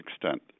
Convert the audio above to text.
extent